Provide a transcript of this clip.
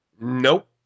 Nope